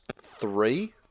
three